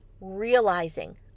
realizing